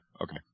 Okay